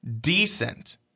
decent